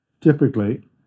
typically